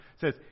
says